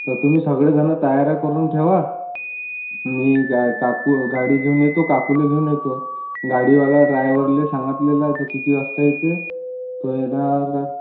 तर तुम्ही सगळेजण तयारी करून ठेवा मी गा काकू गाडी घिऊन येतो काकूले घेऊन येतो गाडीवाला ड्रायव्हरला सांगातलेलयं तू किती वाजता येते तो येणार बघ